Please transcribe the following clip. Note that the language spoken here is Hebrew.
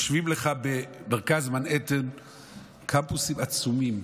יושבים לך במרכז מנהטן קמפוסים עצומים,